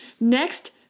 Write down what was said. Next